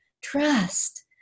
trust